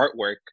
artwork